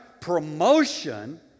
Promotion